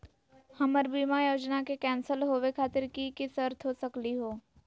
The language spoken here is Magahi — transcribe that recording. हमर बीमा योजना के कैन्सल होवे खातिर कि कि शर्त हो सकली हो?